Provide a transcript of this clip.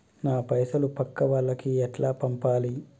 నా పైసలు పక్కా వాళ్లకి ఎట్లా పంపాలి?